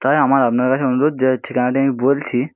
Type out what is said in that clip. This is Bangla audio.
তাই আমার আপনার কাছে অনুরোধ যে ওই ঠিকানাটি আমি বলছি